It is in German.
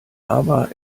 aber